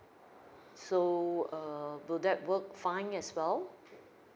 so err do that work fine as well